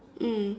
mm